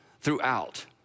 throughout